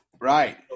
right